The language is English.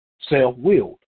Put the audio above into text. self-willed